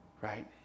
Right